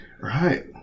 Right